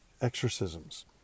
exorcisms